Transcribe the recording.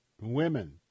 women